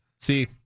See